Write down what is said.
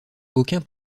aucun